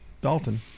Dalton